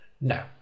No